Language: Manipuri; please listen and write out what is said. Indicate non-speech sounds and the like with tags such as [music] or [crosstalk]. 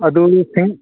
ꯑꯗꯨ [unintelligible]